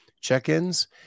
check-ins